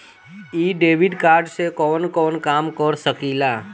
इ debit card से कवन कवन काम कर सकिला?